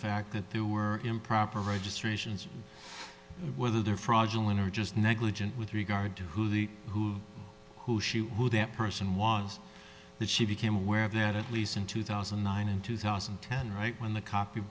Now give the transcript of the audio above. fact that there were improper registrations whether they are fraudulent or just negligent with regard to who the who who she who that person was that she became aware of that at least in two thousand and nine and two thousand and ten right when the co